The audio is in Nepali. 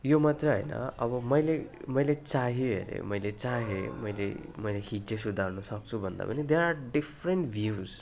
यो मात्रै होइन अब मैले मैले चाहे अरे मैले चाहे मैले हिज्जे सुधार्न सक्छु भन्दा पनि देयर आर डिफरेन्ट भ्युज